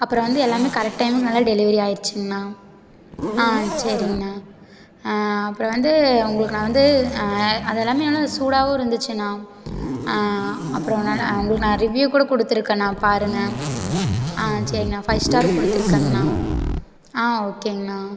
அப்புறம் வந்து எல்லாம் கரெக்ட் டைமுக்கு நல்லா டெலிவரி ஆயிருச்சுங்ண்ணா ஆ சரிங்ண்ணா ஆ அப்புறம் வந்து உங்களுக்கு நான் வந்து அதெல்லாம் நல்லா சூடாகவும் இருந்துச்சுண்ணா அப்புறம் நான் நான் உங்களுக்கு நான் ரீவ்யூ கூட கொடுத்துருக்கேண்ணா பாருங்க ஆ சரிண்ணா ஃபைவ் ஸ்டார் கொடுத்துருக்கேங்ண்ணா ஆ ஓகேங்ண்ணா